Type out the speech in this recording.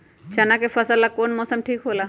चाना के फसल ला कौन मौसम ठीक होला?